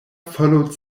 followed